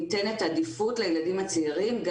ניתנת עדיפות לילדים הצעירים,